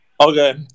Okay